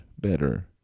better